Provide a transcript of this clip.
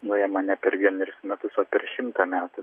nuima ne per vienerius metus o per šimtą metų